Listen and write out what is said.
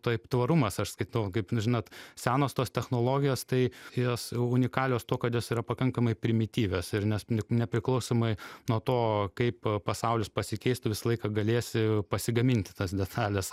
taip tvarumas aš skaitau kaip žinot senos tos technologijos tai jos unikalios tuo kad jos yra pakankamai primityvios ir nes nepriklausomai nuo to kaip pasaulis pasikeistų visą laiką galėsi pasigaminti tas detales